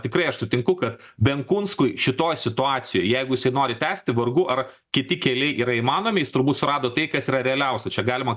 tikrai aš sutinku kad benkunskui šitoj situacijoj jeigu jisai nori tęsti vargu ar kiti keliai yra įmanomi jis turbūt surado tai kas yra realiausia čia galima